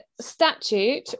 statute